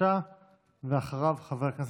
שמחר יגיע,